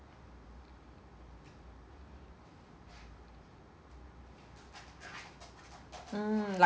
mm